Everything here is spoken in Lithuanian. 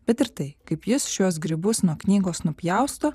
bet ir tai kaip jis šiuos grybus nuo knygos nupjausto